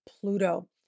Pluto